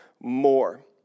more